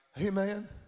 Amen